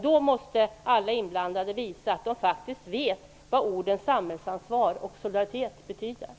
Då måste alla inblandade visa att de faktiskt vet vad orden samhällsansvar och solidaritet betyder.